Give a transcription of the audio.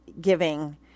giving